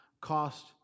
cost